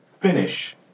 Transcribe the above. Finish